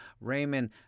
Raymond